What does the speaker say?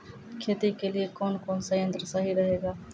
खेती के लिए कौन कौन संयंत्र सही रहेगा?